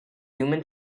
human